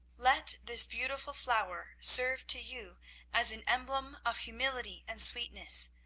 let this beautiful flower serve to you as an emblem of humility and sweetness,